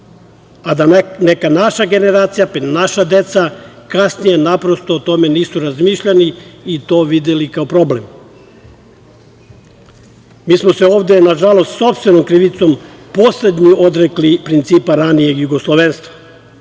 a da neka naša generacija, naša deca kasnije naprosto o tome nisu razmišljali i to videli kao problem. Mi smo se ovde, nažalost, sopstvenom krivicom poslednji odrekli principa ranijeg jugoslovenstva,